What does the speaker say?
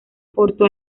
porto